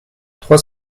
trois